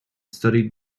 studied